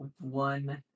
one